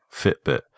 Fitbit